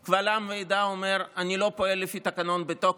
אומר קבל עם ועדה: אני לא פועל לפי תקנון בתוקף,